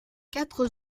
quatre